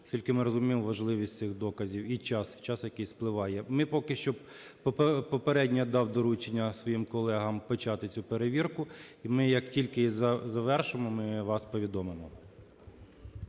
Оскільки ми розуміємо важливість цих доказів і час, час, який спливає. Ми поки що… Попередньо я дав доручення своїм колегам почати цю перевірку. І ми, як тільки її завершимо, ми вас повідомимо.